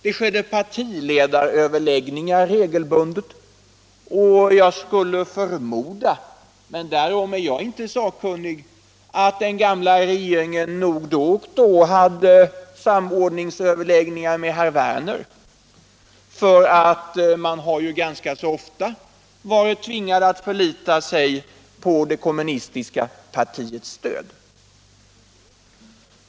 Det förekom partiledaröverläggningar regelbundet. Och jag skulle förmoda — men därom är jag inte sakkunig — att den gamla regeringen då och då hade samordningsöverläggningar med herr Werner. Man var ju ganska ofta tvingad att förlita sig på det kommunistiska partiets stöd.